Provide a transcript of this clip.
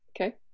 okay